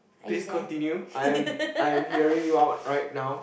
please continue I am I am hearing you out right now